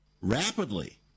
rapidly